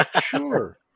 Sure